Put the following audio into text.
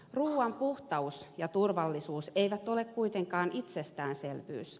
ruuan puhtaus ja turvallisuus eivät ole kuitenkaan itsestäänselvyys